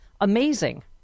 amazing